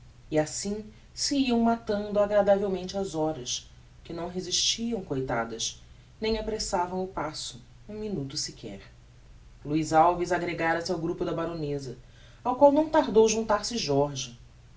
e assim se iam matando agradavelmente as horas que não resistiam coitadas nem apressavam o passo um minuto sequer luiz alves aggregara se ao grupo da baroneza ao qual não tardou juntar-se jorge